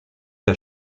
der